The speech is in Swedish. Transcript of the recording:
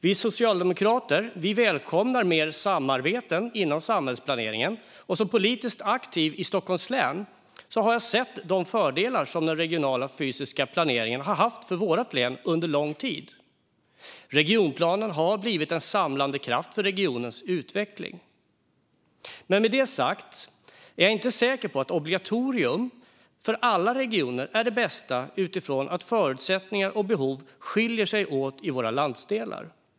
Vi socialdemokrater välkomnar mer samarbete inom samhällsplaneringen. Som politiskt aktiv i Stockholms län har jag sett de fördelar som den regionala fysiska planeringen har haft för vårt län under lång tid. Regionplanen har blivit en samlande kraft för regionens utveckling. Men med detta sagt är jag inte säker på att ett obligatorium för alla regioner är det bästa, då förutsättningar och behov skiljer sig åt i våra landsdelar.